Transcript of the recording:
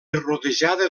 rodejada